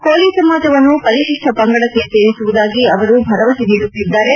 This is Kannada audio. ಕೋಲಿ ಸಮಾಜವನ್ನು ಪರಿತಿಪ್ಪ ಪಂಗಡಕ್ಕೆ ಸೇರಿಸುವುದಾಗಿ ಅವರು ಭರವಸೆ ನೀಡುತ್ತಿದ್ದಾರೆ